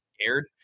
scared